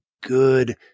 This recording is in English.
good